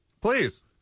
Please